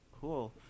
cool